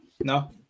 No